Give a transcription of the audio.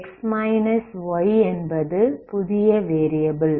Xx yஎன்பது புதிய variable